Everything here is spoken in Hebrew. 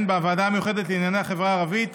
ההודעה על חוק עבודת הנוער הועברה בהסכמה,